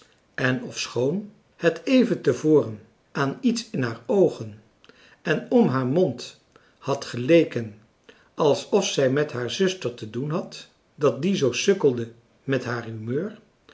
en ofschoon het even te voren aan iets in haar oogen en om haar mond had geleken alsof zij met haar zuster te doen had dat die zoo sukkelde met haar humeur